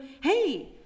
Hey